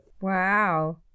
Wow